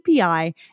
API